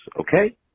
Okay